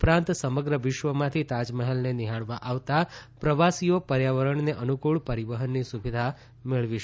ઉપરાંત સમગ્ર વિશ્વમાંથી તાજમહલને નિહાળવા આવતા પ્રવાસીઓ પર્યાવરણને અનુકૂળ પરિવહનની સુવિધા મેળવી શકશે